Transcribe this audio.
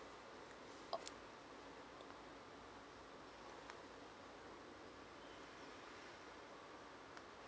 oh